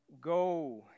Go